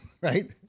right